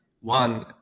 one